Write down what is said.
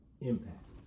impact